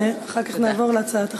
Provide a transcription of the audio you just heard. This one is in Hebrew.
ואחר כך נעבור להצעת החוק.